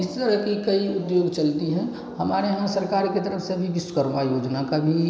इस तरह की कई उद्योग चलती हैं हमारे यहाँ सरकार के तरफ से अभी विश्वकर्मा योजना का भी